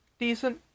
decent